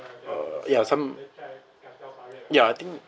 uh ya some ya I think